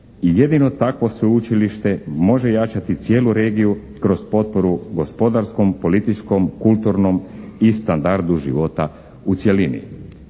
i jedino takvo sveučilište može jačati cijelu regiju kroz potporu gospodarskom, političkom, kulturnom i standardu života u cjelini.